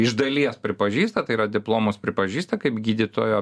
iš dalies pripažįsta tai yra diplomus pripažįsta kaip gydytojo